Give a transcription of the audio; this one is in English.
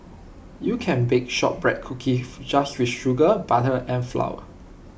you can bake Shortbread Cookies just with sugar butter and flour